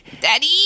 Daddy